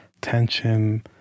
tension